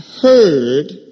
heard